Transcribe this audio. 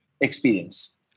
experience